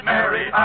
Mary